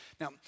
Now